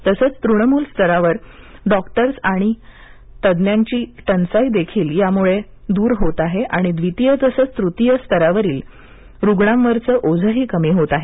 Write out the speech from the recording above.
तसंच तृणमूल स्तरावर डॉक्टर्स आणि तज्ञांची टंचाई देखील यामुळे दूर होत आहे आणि द्वितीय तसंच तृतीय स्तरावरील रुग्णांवरचं ओझंही कमी होत आहे